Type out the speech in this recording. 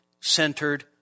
centered